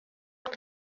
dore